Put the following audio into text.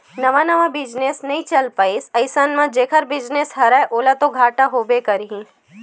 नवा नवा बिजनेस नइ चल पाइस अइसन म जेखर बिजनेस हरय ओला तो घाटा होबे करही